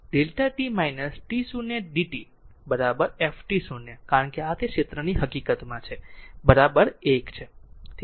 તેથી to Δ t t0 d t f t0 કારણ કે આ તે ક્ષેત્રની હકીકતમાં છે 1 એક છે